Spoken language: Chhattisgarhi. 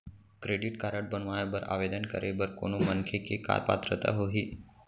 क्रेडिट कारड बनवाए बर आवेदन करे बर कोनो मनखे के का पात्रता होही?